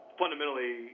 fundamentally